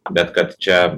bet kad čia